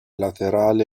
laterali